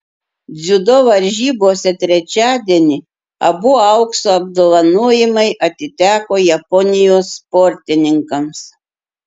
dziudo varžybose trečiadienį abu aukso apdovanojimai atiteko japonijos sportininkams